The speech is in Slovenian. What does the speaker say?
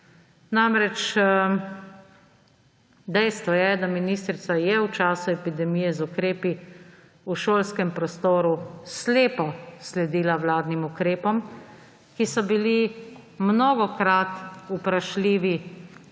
Namreč, dejstvo je, da ministrica je v času epidemije z ukrepi v šolskem prostoru slepo sledila vladnim ukrepom, ki so bili mnogokrat vprašljivi z